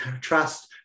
trust